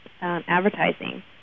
advertising